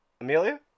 Amelia